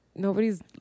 Nobody's